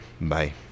Bye